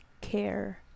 care